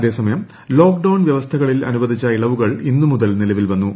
അതേസമയം ലോക്ഡൌൺ വ്യവസ്ഥകളിൽ അനുവദിച്ച ഇളവുകൾ ഇന്നുമുതൽ നിലവിൽ വന്നു